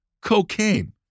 cocaine